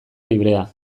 librea